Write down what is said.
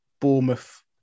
Bournemouth